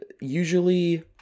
usually